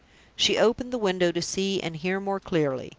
she opened the window to see and hear more clearly.